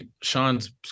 Sean's